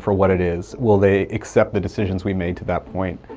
for what it is? will they accept the decisions we made to that point,